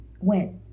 Went